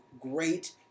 great